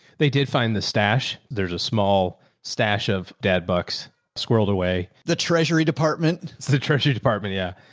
they did find the stash. there's a small stash of dad bucks squirreled away the treasury department, the treasury department. yeah.